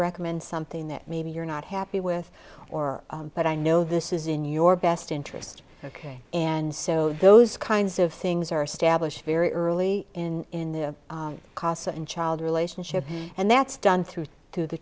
recommend something that maybe you're not happy with or but i know this is in your best interest ok and so those kinds of things are established very early in the casa and child relationship and that's done through t